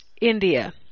India